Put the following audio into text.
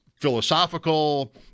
philosophical